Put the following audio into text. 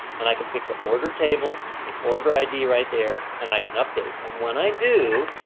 and i can pick the order table, and order id right there, and i can update. and when i do,